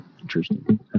Interesting